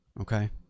Okay